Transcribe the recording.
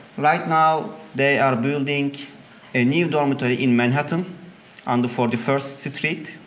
right now they are building a new dormitory in manhattan on the forty first street.